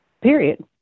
period